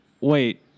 Wait